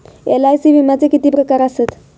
LIC विम्याचे किती प्रकार आसत?